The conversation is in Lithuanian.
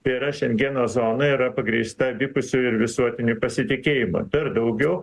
yra šengeno zona yra pagrįsta abipusiu ir visuotiniu pasitikėjimu per daugiau